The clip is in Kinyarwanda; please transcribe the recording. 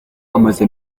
amaze